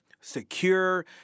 secure